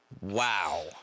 Wow